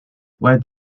why